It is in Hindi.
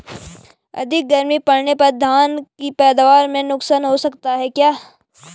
अधिक गर्मी पड़ने पर धान की पैदावार में नुकसान हो सकता है क्या?